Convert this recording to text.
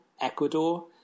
Ecuador